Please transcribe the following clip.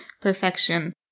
perfection